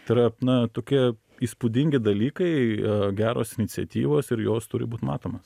tai yra na tokie įspūdingi dalykai geros iniciatyvos ir jos turi būt matomos